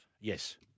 Yes